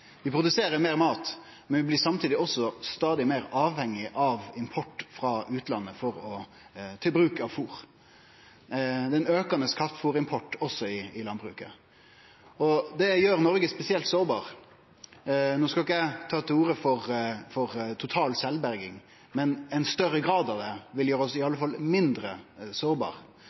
Vi produserer meir mat, men vi blir samtidig stadig meir avhengige av import av fôr frå utlandet. Det er ein aukande kraftfôrimport også i landbruket. Det gjer Noreg spesielt sårbart. No skal ikkje eg ta til orde for total sjølvberging, men ein større grad av det vil i alle fall gjere oss mindre